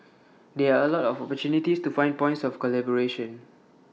there are A lot of opportunities to find points of collaboration